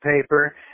paper